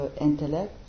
intellect